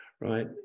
right